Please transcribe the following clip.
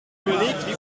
überlegt